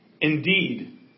Indeed